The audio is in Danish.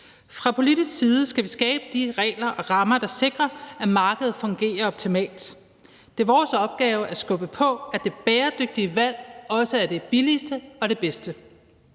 Fra politisk side skal vi skabe de regler og rammer, der sikrer, at markedet fungerer optimalt. Det er vores opgave at skubbe på, så det bæredygtige valg også er det billigste og det bedste.